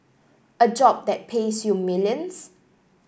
a job that pays you millions